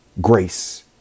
grace